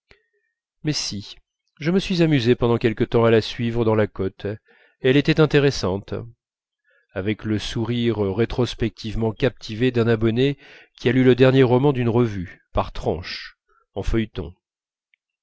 mais si je me suis amusé pendant quelque temps à la suivre dans la cote elle était intéressante avec le sourire rétrospectivement captivé d'un abonné qui a lu le dernier roman d'une revue par tranches en feuilleton